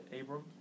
Abram